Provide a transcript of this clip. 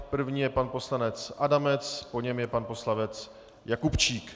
První je pan poslanec Adamec, po něm je pan poslanec Jakubčík.